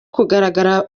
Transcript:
kugaragara